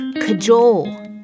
cajole